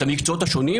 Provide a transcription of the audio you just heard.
את המקצועות השונים.